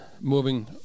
moving